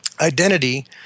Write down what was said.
identity